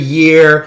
year